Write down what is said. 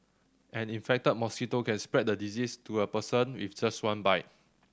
an infected mosquito can spread the disease to a person with just one bite